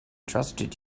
trusted